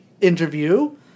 interview